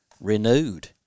renewed